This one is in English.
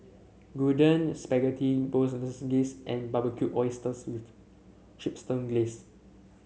Gyudon Spaghetti Bolognese and Barbecued Oysters with Chipotle Glaze